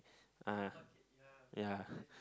ah yeah